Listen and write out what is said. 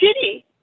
city